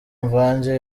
mvange